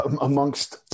amongst